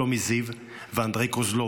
שלומי זיו ואנדריי קוזלוב.